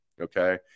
okay